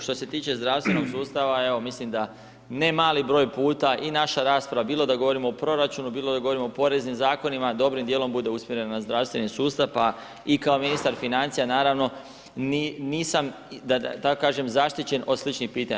Što se tiče zdravstvenog sustava, evo mislim da nemali broj puta, i naša rasprava, bilo da govorimo o proračunu, bilo da govorimo o poreznim zakonima, dobrim dijelom bude usmjerena na zdravstveni sustav, pa i kao ministar financija, naravno, nisam, da tako kažem zaštićen od sličnih pitanja.